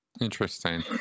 interesting